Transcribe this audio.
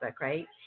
Right